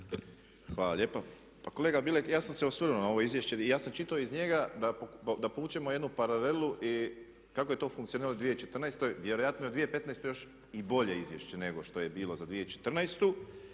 Hvala lijepa. Pa kolega Bilek, ja sam se osvrnuo na ovo izvješće i ja sam čitao iz njega da povučemo jednu paralelu kako je to funkcioniralo u 2014. Vjerojatno je u 2015. još i bolje izvješće nego što je bilo za 2014.